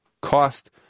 cost